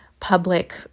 public